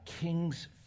king's